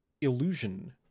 illusion